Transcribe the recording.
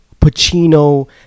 Pacino